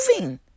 moving